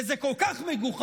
וזה כל כך מגוחך,